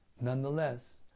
nonetheless